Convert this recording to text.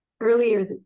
earlier